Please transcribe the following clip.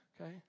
okay